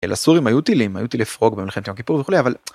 אסור אם היו טילים. היו טילים לפרוק במלחמת יום כיפור וכולי אבל..